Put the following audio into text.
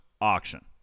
auction